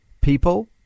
People